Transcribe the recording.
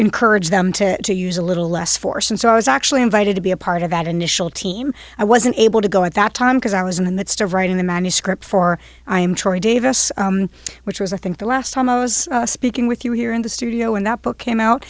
encourage them to to use a little less force and so i was actually invited to be a part of that initial team i wasn't able to go at that time because i was in the midst of writing the manuscript for i am trying day vests which was i think the last time i was speaking with you here in the studio and that book came out